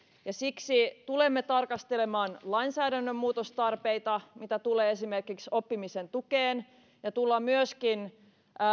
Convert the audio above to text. siksi tulemme tarkastelemaan lainsäädännön muutostarpeita mitä tulee esimerkiksi oppimisen tukeen ja tullaan myöskin